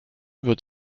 wird